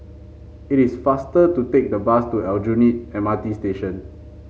it is faster to take the bus to Aljunied M R T Station